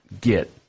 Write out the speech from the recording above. get